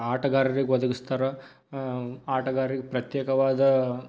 ಆಟಗಾರರಿಗೆ ಒದಗಿಸ್ತಾರೆ ಆಟಗಾರ್ರಿಗೆ ಪ್ರತ್ಯೇಕವಾದ